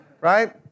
right